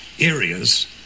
areas